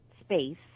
space